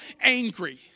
angry